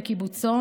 בקיבוצו,